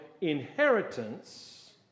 inheritance